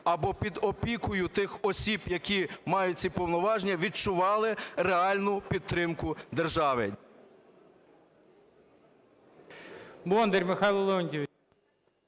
або під опікою тих осіб, які мають ці повноваження, відчували реальну підтримку держави.